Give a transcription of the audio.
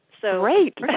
Great